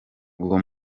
uwo